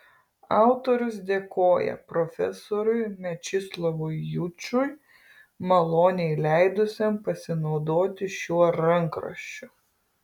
autorius dėkoja profesoriui mečislovui jučui maloniai leidusiam pasinaudoti šiuo rankraščiu